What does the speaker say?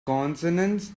consonants